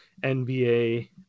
NBA